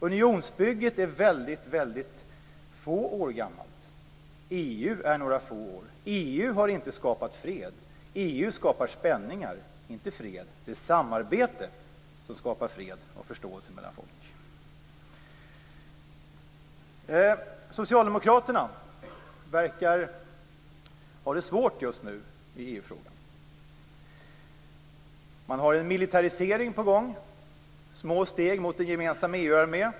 Unionsbygget är bara några få år gammalt. EU är några få år gammalt. EU har inte skapat fred. EU skapar spänningar, inte fred. Det är samarbete som skapar fred och förståelse mellan folk. Socialdemokraterna verkar ha det svårt just nu i EU-frågan. Det är en militarisering på gång, små steg tas mot en gemensam EU-armé.